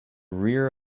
rear